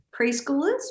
preschoolers